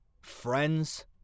friends